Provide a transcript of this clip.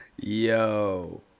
Yo